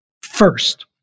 first